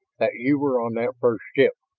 that you were on that first ship,